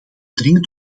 dringend